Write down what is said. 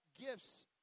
gifts